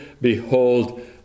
Behold